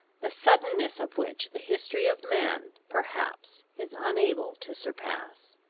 the suddenness of which the history of man, perhaps is unable to surpass.